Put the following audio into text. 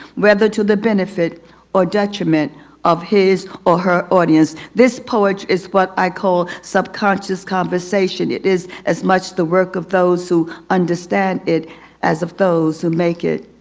whether to the benefit or detriment of his or her audience, this poet is what i call subconscious conversation. it is as much the work of those who understand it as of those who make it.